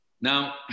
Now